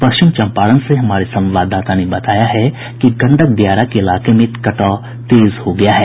पश्चिम चम्पारण से हमारे संवाददाता ने बताया है कि गंडक दियारा के इलाके में कटाव तेज हो गया है